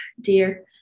dear